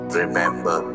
remember